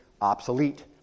obsolete